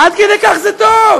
עד כדי כך זה טוב,